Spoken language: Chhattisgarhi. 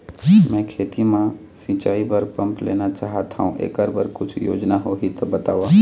मैं खेती म सिचाई बर पंप लेना चाहत हाव, एकर बर कुछू योजना होही त बताव?